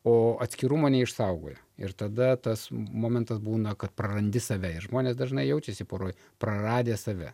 o atskirumo neišsaugoja ir tada tas momentas būna kad prarandi save ir žmonės dažnai jaučiasi poroj praradę save